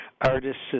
Artists